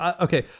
okay